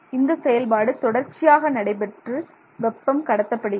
இந்த செயல்பாடு தொடர்ச்சியாக நடைபெற்று வெப்பம் கடத்தப்படுகிறது